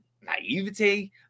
naivety